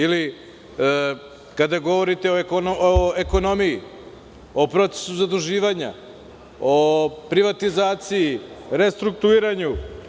Ili, kada govorite o ekonomiji, o procesu zaduživanja, o privatizaciji, o restrukturiranju.